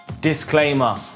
Disclaimer